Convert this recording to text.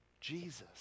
Jesus